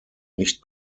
nicht